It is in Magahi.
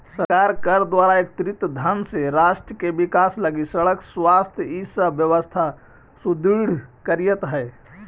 सरकार कर दो एकत्रित धन से राष्ट्र के विकास लगी सड़क स्वास्थ्य इ सब व्यवस्था सुदृढ़ करीइत हई